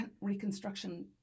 reconstruction